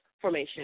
formation